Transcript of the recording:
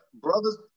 Brothers